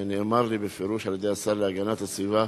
ונאמר לי בפירוש על-ידי השר להגנת הסביבה